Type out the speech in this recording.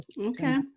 Okay